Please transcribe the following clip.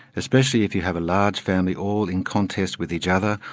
especially if you have a large family all in contest with each other,